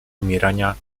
umierania